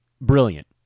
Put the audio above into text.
brilliant